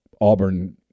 Auburn